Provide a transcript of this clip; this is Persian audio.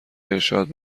ارشاد